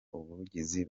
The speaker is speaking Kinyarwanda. ubuvugizi